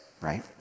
right